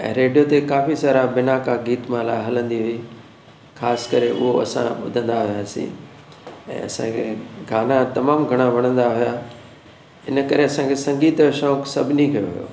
ऐं रेडियो ते काफ़ी सारा बिनाका गीतमाला हलंदी हुई ख़ासि करे उहो असां ॿुधंदा हुआसीं ऐं असांखे गाना तमामु घणा वणंदा हुआ इन करे असांखे संगीत जो शौंक़ु सभिनी खे हुओ